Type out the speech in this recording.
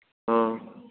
हां